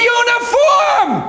uniform